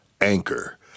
Anchor